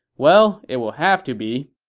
well, it will have to be.